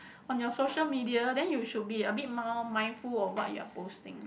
on your social media then you should be a bit min~ mindful of what you're posting